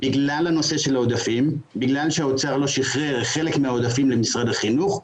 בגלל הנושא של העודפים בגלל שהאוצר לא שיחרר חלק מהעודפים למשרד החינוך,